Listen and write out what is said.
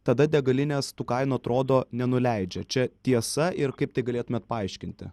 tada degalinės tų kainų atrodo nenuleidžia čia tiesa ir kaip tai galėtumėt paaiškinti